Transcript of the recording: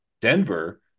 Denver